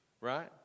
right